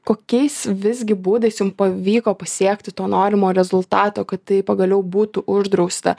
kokiais visgi būdais jum pavyko pasiekti to norimo rezultato kad tai pagaliau būtų uždrausta